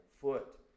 foot